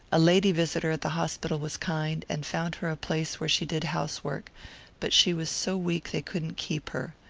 a lady visitor at the hospital was kind, and found her a place where she did housework but she was so weak they couldn't keep her.